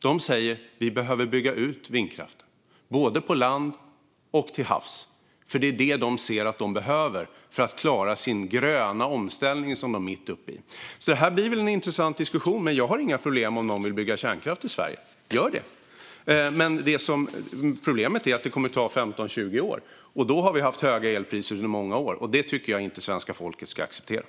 De säger att vi behöver bygga ut vindkraften både på land och till havs, för det är det de ser att de behöver för att klara sin gröna omställning som de är mitt uppe i. Detta blir väl alltså en intressant diskussion. Om någon vill bygga kärnkraft i Sverige har jag inga problem med det. Gör det! Men problemet är att det kommer att ta 15-20 år, och vid det laget har vi haft höga elpriser under många år. Det tycker jag inte att svenska folket ska acceptera.